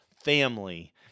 family